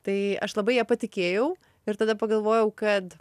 tai aš labai ja patikėjau ir tada pagalvojau kad